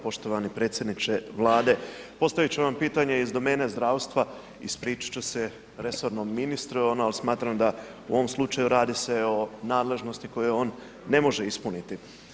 Poštovani predsjedniče Vlade postavit ću vam pitanje iz domene zdravstva, ispričat ću se resornom ministru, smatram da u ovom slučaju radi se o nadležnosti koju on ne može ispuniti.